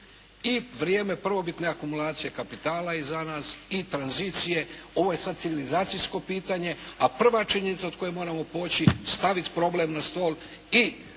I vrijeme prvobitne akumulacije kapitala je iza nas, i tranzicije, ovo je sada civilizacijsko pitanje, a prva činjenica od koje moramo poći, staviti problem na stol i